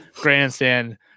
grandstand